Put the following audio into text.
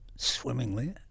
swimmingly